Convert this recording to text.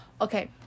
Okay